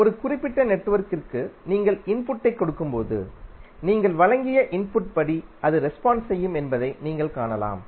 ஒரு குறிப்பிட்ட நெட்வொர்க்கிற்கு நீங்கள் இன்புட்டைக் கொடுக்கும்போது நீங்கள் வழங்கிய இன்புட் படி அது ரெஸ்பான்ஸ் செய்யும் என்பதை நீங்கள் காணலாம்